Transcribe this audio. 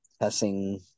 testing